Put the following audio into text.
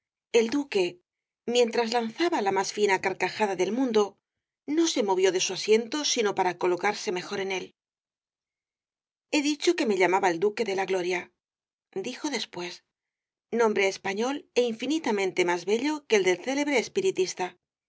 el duque mientras lanzaba la más fina carcajada del rosalía de castro mundo no se movió de su asiento sino para colocarse mejor en él l i e dicho que me llamaba el duque de la gloria dijo después nombre español é infinitamente más bello que el del célebre espiritista